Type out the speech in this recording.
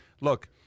look